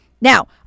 Now